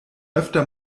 öfter